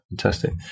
fantastic